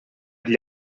gli